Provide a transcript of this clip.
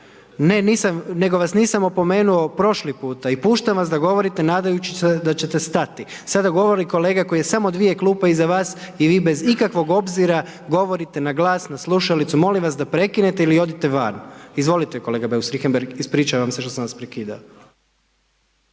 nego vas nisam opomenuo prošli puta i puštam vas da govorite nadajući se da ćete stati. Sada govori kolega koji je samo dvije klupe iza vas i vi bez ikakvog obzira govorite na glas na slušalicu, molim vas da prekinete ili odite van. Izvolite kolega Beus Richembergh, ispričavam se što sam vas prekidao.